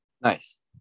nice